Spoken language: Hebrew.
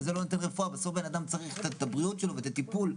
אבל זה לא נותן רפואה ובסוף אדם צריך את הבריאות שלו ואת הטיפול.